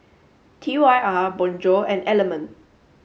T Y R Bonjour and Element